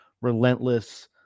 relentless